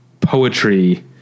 poetry